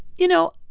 you know,